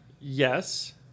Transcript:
Yes